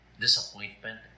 disappointment